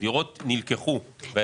הדירות נלקחו.